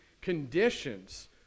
conditions